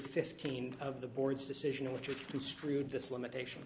fifteen of the board's decision which was construed this limitation